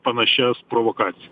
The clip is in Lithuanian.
panašias provokacijas